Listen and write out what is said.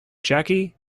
jackie